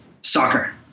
Soccer